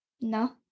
No